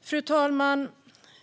Fru talman!